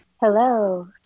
Hello